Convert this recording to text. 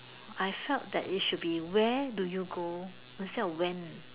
I felt that it should be where do you go instead of when